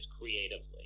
creatively